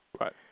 Right